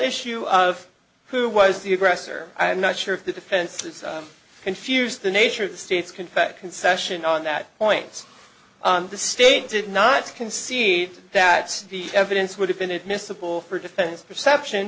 issue of who was the aggressor i'm not sure if the defense is confused the nature of the state's contract concession on that point the state did not concede that the evidence would have been admissible for defense perception